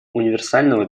универсального